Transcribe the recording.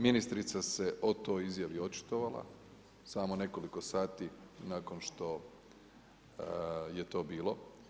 Ministrica se o toj izjavi očitovala, samo nekoliko sati nakon što je to bilo.